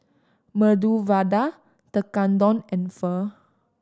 Medu Vada Tekkadon and Pho